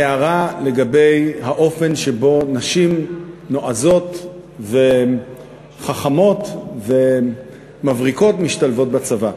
הערה לגבי האופן שבו נשים נועזות וחכמות ומבריקות משתלבות בצבא.